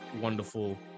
wonderful